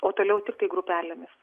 o toliau tiktai grupelėmis